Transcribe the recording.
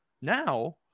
now